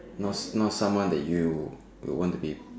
know knows someone that you you want to be